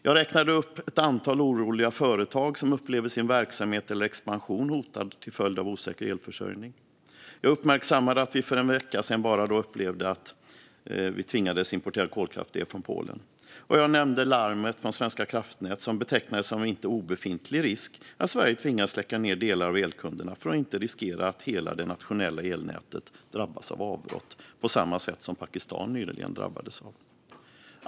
Jag räknade upp ett antal oroliga företag som upplever sin verksamhet eller expansion hotad till följd av osäker elförsörjning. Jag uppmärksammade att vi för bara en vecka sedan upplevde att vi tvingades importera kolkraftsel från Polen. Jag nämnde larmet från Svenska kraftnät som betecknar det som en inte obefintlig risk att Sverige tvingas släcka ned delar av elkunderna för att inte riskera att hela det nationella elnätet drabbas av ett sådant avbrott som Pakistan nyligen drabbades av.